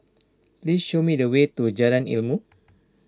please show me the way to Jalan Ilmu